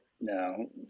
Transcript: No